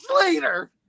later